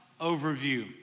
overview